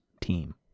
team